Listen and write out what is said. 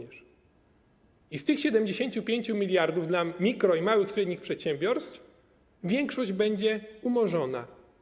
I z tych 75 mld dla mikro- i małych, i średnich przedsiębiorstw większość będzie umorzona.